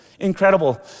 incredible